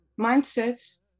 Mindsets